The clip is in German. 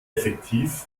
effektiv